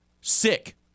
sick